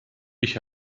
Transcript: ich